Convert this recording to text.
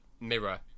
mirror